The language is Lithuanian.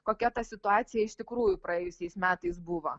kokia ta situacija iš tikrųjų praėjusiais metais buvo